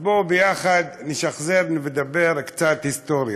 אז בואו יחד נשחזר, ונדבר קצת היסטוריה.